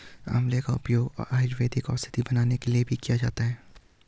आंवला का उपयोग आयुर्वेदिक औषधि बनाने में भी किया जाता है